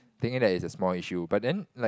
thinking that is a small issue but then like